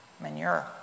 manure